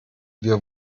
wir